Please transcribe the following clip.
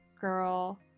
girl